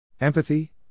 Empathy